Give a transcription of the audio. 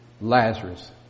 Lazarus